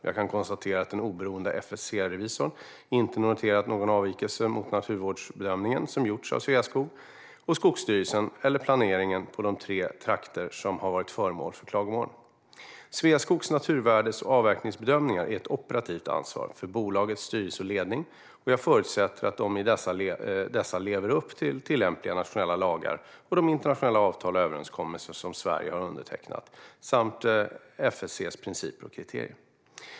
Jag kan konstatera att den oberoende FSC-revisorn inte noterat någon avvikelse mot naturvårdsbedömningen som gjorts av Sveaskog och Skogsstyrelsen eller planeringen på de tre trakter som har varit föremål för klagomål. Sveaskogs naturvärdes och avverkningsbedömningar är ett operativt ansvar för bolagets styrelse och ledning, och jag förutsätter att de i dessa lever upp till tillämpliga nationella lagar och de internationella avtal och överenskommelser som Sverige har undertecknat, samt FSC:s principer och kriterier.